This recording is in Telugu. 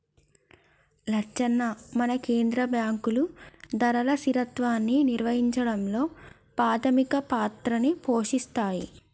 లచ్చన్న మన కేంద్ర బాంకులు ధరల స్థిరత్వాన్ని నిర్వహించడంలో పాధమిక పాత్రని పోషిస్తాయి